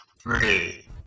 three